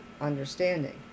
understanding